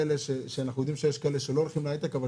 אנחנו יודעים שיש מי שלא הולכים להייטק אבל